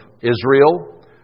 Israel